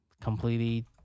completely